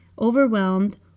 overwhelmed